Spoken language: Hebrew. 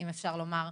אם אפשר לומר,